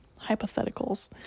Hypotheticals